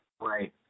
Right